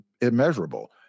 immeasurable